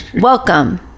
welcome